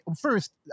first